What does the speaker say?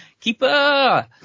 Keeper